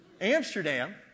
Amsterdam